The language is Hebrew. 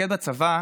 מפקד בצבא